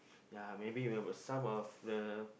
ya maybe we will a sum of the